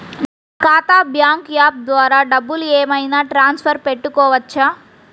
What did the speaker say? నా ఖాతా bank app ద్వారా డబ్బులు ఏమైనా ట్రాన్స్ఫర్ పెట్టుకోవచ్చా?